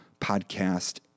podcast